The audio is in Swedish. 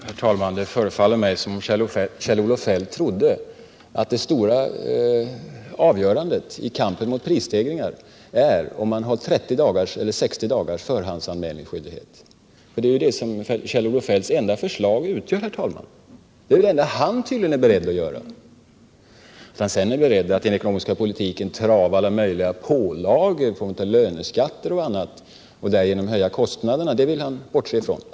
Herr talman! Det förefaller mig som om Kjell-Olof Feldt trodde att det avgörande i kampen mot prisstegringarna är om man har 30 eller 60 dagars förvägsanmälningsskyldighet. Det är det enda hans förslag tar upp. Endast i det avseendet är han beredd att göra någonting. Att han i den ekonomiska politiken är beredd att trava på varandra alla möjliga pålagor i form av löneskatter och annat och därigenom höja kostnaderna vill han bortse från.